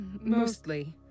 Mostly